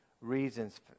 reasons